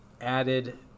added